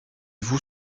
vous